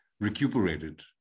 recuperated